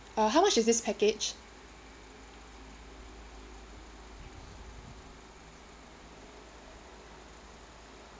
uh how much is this package